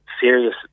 serious